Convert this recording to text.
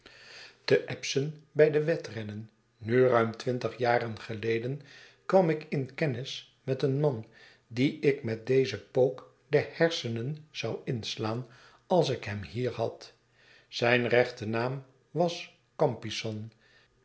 te epsom bij de wedrennen nu ruim twintig jaar geleden kwam ik in kennis met een man dien ik met dezen pook de hersenen zou inslaan als ik hem hier had zijn rechte naam was